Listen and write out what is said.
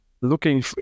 looking